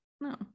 No